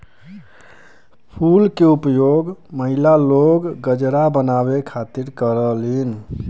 फूल के उपयोग महिला लोग गजरा बनावे खातिर करलीन